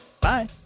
Bye